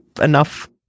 enough